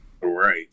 Right